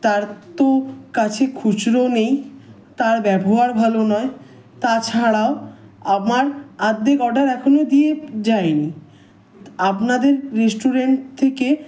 তার তো কাছে খুচরো নেই তার ব্যবহার ভালো নয় তাছাড়াও আমার আর্ধেক অর্ডার এখনও দিয়ে যায় নি আপনাদের রেস্টুরেন্ট থেকে